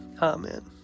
Amen